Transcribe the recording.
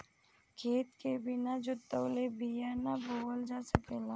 खेत के बिना जोतवले बिया ना बोअल जा सकेला